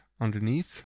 underneath